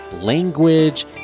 language